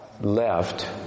left